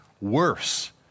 worse